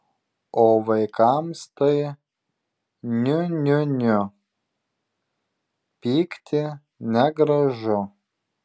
o vaikams tai niu niu niu pykti negražu